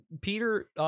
Peter